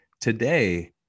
Today